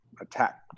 attack